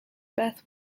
beth